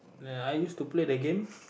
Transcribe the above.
uh I used to play the game